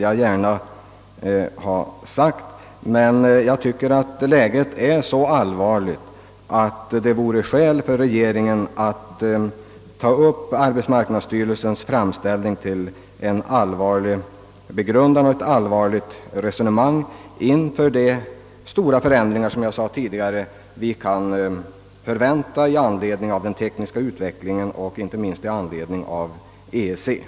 Jag anser emellertid att läget är så allvarligt, att regeringen borde ta upp arbetsmarknadsstyrelsens framställning till allvarlig prövning på grund av de stora förändringar som vi har — som jag nyss påpekade — att förvänta till följd av den tekniska utvecklingen och inte minst med hänsyn till EEC.